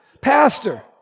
pastor